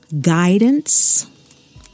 guidance